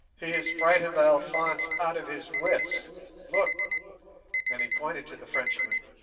he has frightened alphonse out of his wits look and he pointed to the frenchman,